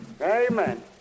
Amen